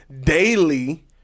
daily